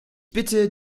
bitte